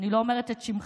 אני לא אומרת את שמך,